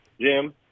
Jim